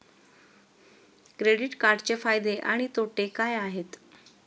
Credit कार्डचे फायदे आणि तोटे काय आहेत?